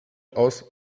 aus